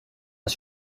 das